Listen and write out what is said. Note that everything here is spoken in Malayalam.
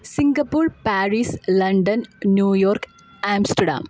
Singapore Paris London New York Amsterdam